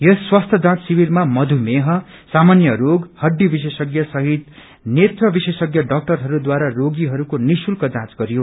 यस स्वास्थ्य जाँज शिविरमा मधुमेङ सामान्य रोग हडी विशेषज्ञसहित नेत्र विशेषज्ञ डाक्टरहरूद्वारा रोगीहरूको निशुल्क जाँच गरियो